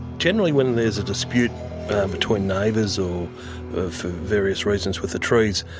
generally when there is a dispute between neighbours or for various reasons with the trees,